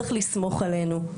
צריך לסמוך עלינו,